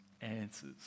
answers